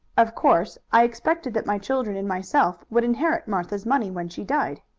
of course i expected that my children and myself would inherit martha's money when she died.